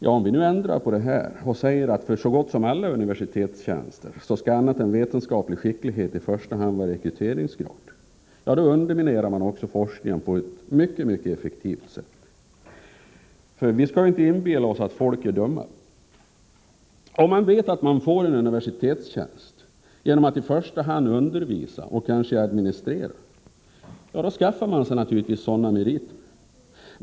Ändrar vi nu på detta och säger att för så gott som alla universitetstjänster skall i första hand annat än vetenskaplig skicklighet vara rekryteringsgrund, undermineras också forskningen på ett mycket effektivt sätt. Vi skall inte inbilla oss att människor är dumma. Om de vet att man får universitetstjänster genom att i första hand undervisa och administrera, kommer de naturligtvis att skaffa sig sådana meriter.